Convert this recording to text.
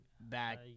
back